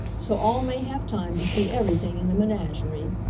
so all may have time to see everything in the menagerie.